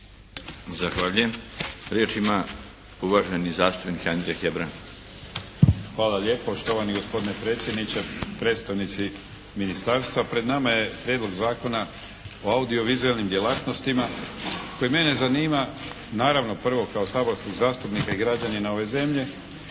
Zahvaljujem. Riječ ima uvaženi zastupnik Andrija Hebrang. **Hebrang, Andrija (HDZ)** Hvala lijepo. Štovani gospodine predsjedniče, predstavnici ministarstva. Pred nama je Prijedlog zakona o audiovizualnim djelatnostima koji mene zanima naravno prvo kao saborskog zastupnika i građanina ove zemlje,